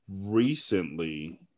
recently